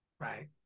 Right